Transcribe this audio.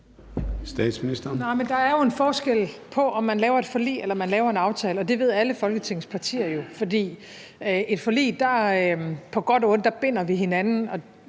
der er jo en forskel på, om man laver et forlig, eller om man laver en aftale, og det ved alle Folketingets partier jo, for ved et forlig binder vi hinanden